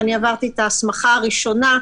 ואני עברתי את ההסמכה הראשונה,